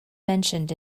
mentioned